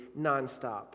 nonstop